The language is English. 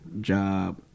job